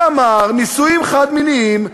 שאמר: נישואים חד-מיניים,